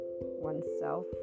oneself